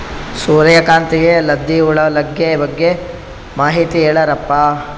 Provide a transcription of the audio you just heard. ಸೂರ್ಯಕಾಂತಿಗೆ ಲದ್ದಿ ಹುಳ ಲಗ್ಗೆ ಬಗ್ಗೆ ಮಾಹಿತಿ ಹೇಳರಪ್ಪ?